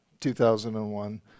2001